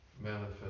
manifest